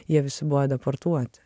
jie visi buvo deportuoti